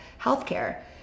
healthcare